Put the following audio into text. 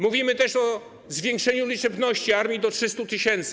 Mówimy też o zwiększeniu liczebności armii do 300 tys.